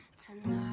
tonight